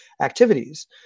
activities